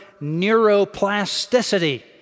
neuroplasticity